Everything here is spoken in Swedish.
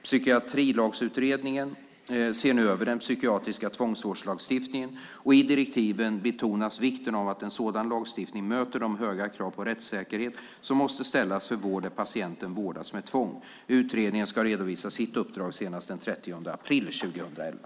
Psykiatrilagsutredningen ser nu över den psykiatriska tvångsvårdslagstiftningen, och i direktiven betonas vikten av att en sådan lagstiftning möter de höga krav på rättssäkerhet som måste ställas för vård där patienter vårdas med tvång. Utredningen ska redovisa sitt uppdrag senast den 30 april 2011.